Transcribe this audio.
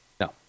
no